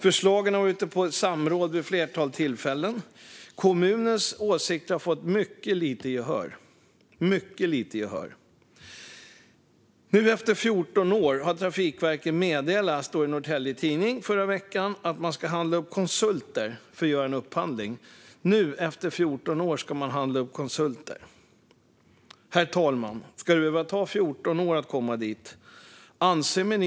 Förslagen har varit ute på samråd vid ett flertal tillfällen, och kommunens åsikter har fått mycket lite gehör - mycket lite. Det stod i Norrtelje Tidning i förra veckan att Trafikverket efter 14 år har meddelat att man ska handla upp konsulter för att göra en upphandling. Nu, efter 14 år, ska man handla upp konsulter. Ska det behöva ta 14 år att komma dit, herr talman?